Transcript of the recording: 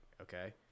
okay